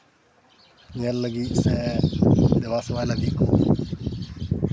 ᱧᱮᱞ ᱞᱟᱹᱜᱤᱫ ᱥᱮ ᱫᱮᱵᱟ ᱥᱮᱵᱟ ᱞᱟᱹᱜᱤᱫ ᱠᱚ